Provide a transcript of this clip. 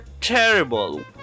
terrible